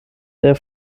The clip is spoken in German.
der